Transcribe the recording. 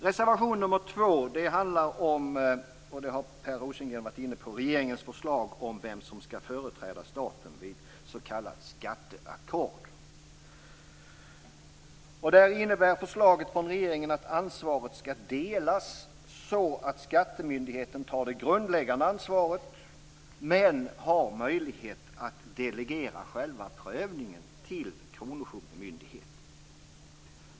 Reservation 2 handlar om - och det har Per Rosengren varit inne på - regeringens förslag om vem som skall företräda staten vid s.k. skatteackord. Förslaget från regeringen innebär att ansvaret skall delas så att skattemyndigheten tar det grundläggande ansvaret men har möjlighet att delegera själva prövningen till kronofogdemyndigheten.